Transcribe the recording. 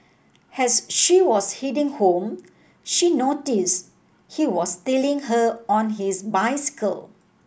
as she was heading home she notice he was tailing her on his bicycle